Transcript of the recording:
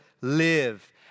live